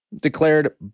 declared